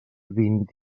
vint